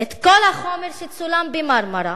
את כל החומר שצולם ב"מרמרה",